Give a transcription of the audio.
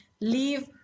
leave